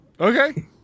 Okay